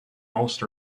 most